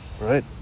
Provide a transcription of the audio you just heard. right